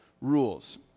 rules